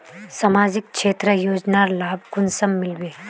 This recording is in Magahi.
सामाजिक क्षेत्र योजनार लाभ कुंसम मिलबे?